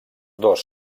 dos